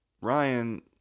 Ryan